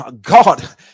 God